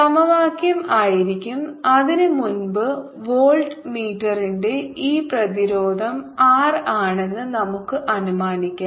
സമവാക്യം ആയിരിക്കും അതിനുമുമ്പ് വോൾട്ട മീറ്ററിന്റെ ഈ പ്രതിരോധം ആർ ആണെന്ന് നമുക്ക് അനുമാനിക്കാം